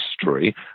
history